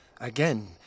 again